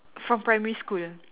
from primary school